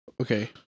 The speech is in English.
Okay